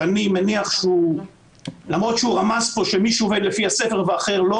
ואני מניח שלמרות שהוא רמז פה שמישהו עובד לפי הספר ואחר לא